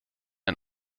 ein